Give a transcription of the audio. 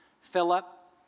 Philip